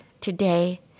today